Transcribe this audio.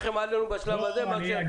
עדיף שלא תרחם עלינו בשלב הזה -- לפעמים